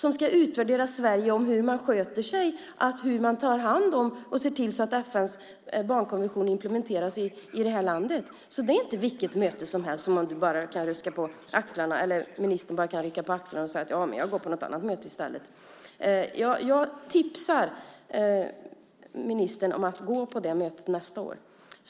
Man ska ju utvärdera hur Sverige sköter sig, hur man tar hand om och ser till att FN:s barnkonvention implementeras i det här landet. Det är alltså inte vilket möte som helst som ministern bara kan rycka på axlarna åt samtidigt som han säger: Ja, men jag går på något annat möte i stället. Jag tipsar ministern om att nästa år gå på nämnda möte.